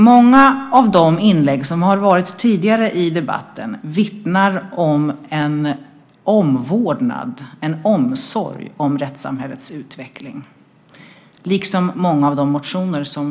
Många av inläggen tidigare i debatten vittnar om en omvårdnad, en omsorg, om rättssamhällets utveckling liksom många av motionerna gör.